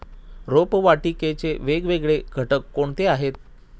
रोपवाटिकेचे वेगवेगळे घटक कोणते आहेत?